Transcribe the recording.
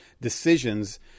decisions